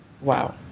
Wow